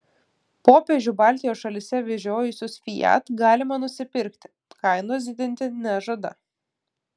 popiežių baltijos šalyse vežiojusius fiat galima nusipirkti kainos didinti nežada